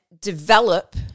develop